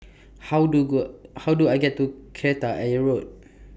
How Do Good How Do I get to Kreta Ayer Road